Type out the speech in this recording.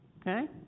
Okay